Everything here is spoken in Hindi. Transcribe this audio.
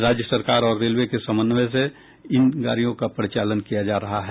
राज्य सरकार और रेलवे के समन्वय से इन गाडियों का परिचालन किया जा रहा है